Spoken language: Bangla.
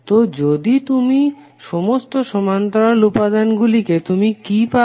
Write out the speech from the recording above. তো যদি তুমি সমস্ত সমান্তরাল উপাদানগুলিকে তুমি কি পাবে